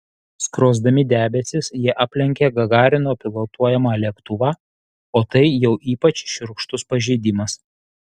skrosdami debesis jie aplenkė gagarino pilotuojamą lėktuvą o tai jau ypač šiurkštus pažeidimas